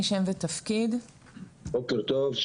בוקר טוב.